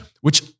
which-